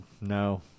No